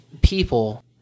people